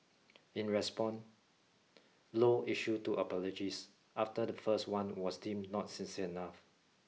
in response Low issued two apologies after the first one was deemed not sincere enough